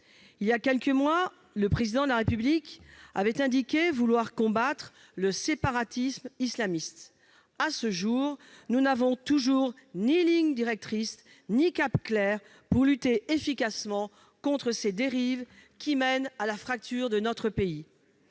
Voilà quelques mois, le Président de la République avait indiqué vouloir combattre « le séparatisme islamiste ». À ce jour, nous n'avons toujours ni ligne directrice ni cap clair pour lutter efficacement contre de telles dérives, qui mènent à la fracture de notre pays.